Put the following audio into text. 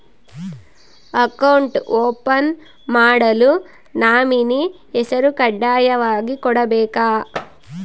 Account open ಮಾಡಲು nominee ಹೆಸರು ಕಡ್ಡಾಯವಾಗಿ ಕೊಡಬೇಕಾ?